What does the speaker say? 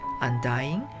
undying